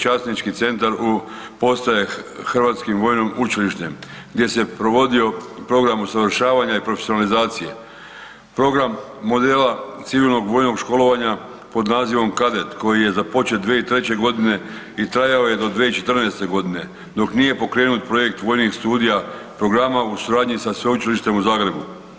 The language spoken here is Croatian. Časnički centar postaje Hrvatskim vojnim učilištem gdje se provodio program usavršavanja i profesionalizacije, program modela civilnog vojnog školovanja pod nazivom Kadet koji je započet 2003.g. i trajao je do 2014.g. dok nije pokrenut projekt vojnih studija programa u suradnji sa Sveučilištem u Zagrebu.